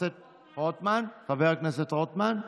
חבר הכנסת רוטמן?